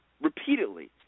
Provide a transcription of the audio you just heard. repeatedly